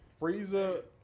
Frieza